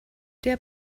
der